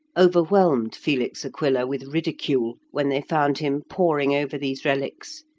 overwhelmed felix aquila with ridicule when they found him poring over these relics,